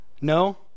No